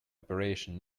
operation